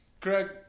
Craig